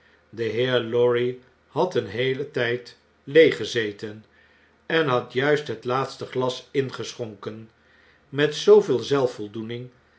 de heer lorry had een heelen tnd leeg gezeten en had juist het laatste glas ingeschonken met zoo